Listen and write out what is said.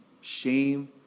shame